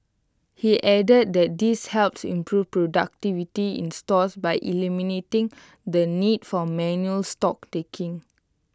he added that this helps improve productivity in stores by eliminating the need for manual stock taking